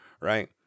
Right